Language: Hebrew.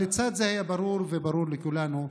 לצד זה היה ברור, וברור לכולנו,